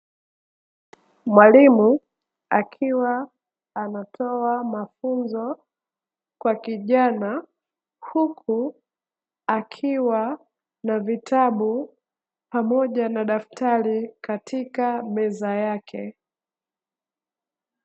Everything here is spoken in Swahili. Mwalimu akiwa anatoa mafunzo kwa kijana huku akiwa na vitabu pamoja na daftari katika meza yake.